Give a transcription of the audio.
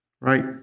Right